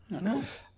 Nice